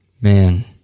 Man